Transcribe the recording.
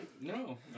No